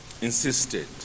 insisted